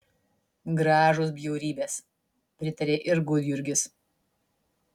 gražūs bjaurybės pritarė ir gudjurgis